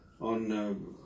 On